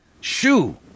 Shoo